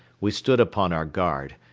we stood upon our guard.